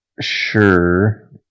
sure